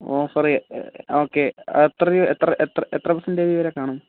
ഓ sorry okay എത്ര എത്ര percentage വരെ കാണും